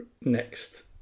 next